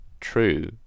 true